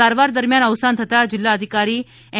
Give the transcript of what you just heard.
સારવાર દરમ્યાન અવસાન થતાં જિલ્લા અધિકારી એમ